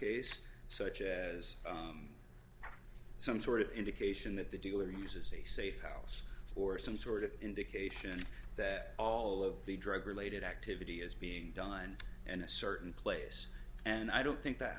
case such as some sort of indication that the dealer uses a safe house or some sort of indication that all of the drug related activity is being done and a certain place and i don't think that